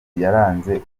yaranze